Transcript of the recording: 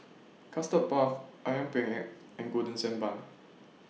Custard Puff Ayam Penyet and Golden Sand Bun